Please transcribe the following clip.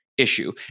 Issue